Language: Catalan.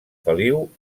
feliu